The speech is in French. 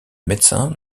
médecins